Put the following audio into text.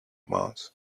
mars